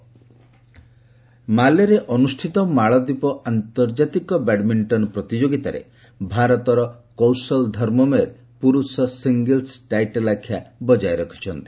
badminton ମାଲେରେ ଅନୁଷ୍ଠିତ ମାଳଦୀପ ଆନ୍ତର୍ଜାତିକ ବ୍ୟାଡମିଣ୍ଟନ ପ୍ରତିଯୋଗିତାରେ ଭାରତର କୌଶଲ ଧର୍ମମେର ପୁରୁଷ ସିଙ୍ଗିଲ୍ସ ଟାଇଟଲ୍ ଆଖ୍ୟା ବଜାୟ ରଖିଛନ୍ତି